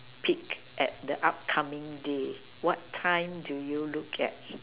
peek at the upcoming day what time do you look at